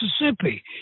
Mississippi